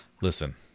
Listen